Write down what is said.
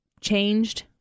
changed